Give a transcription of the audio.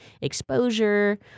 exposure